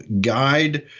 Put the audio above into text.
guide